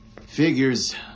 Figures